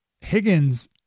Higgins